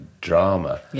drama